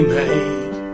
made